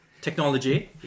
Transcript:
Technology